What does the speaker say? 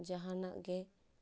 ᱡᱟᱦᱟᱱᱟᱜ ᱜᱮ